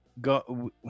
Go